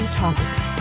topics